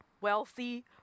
wealthy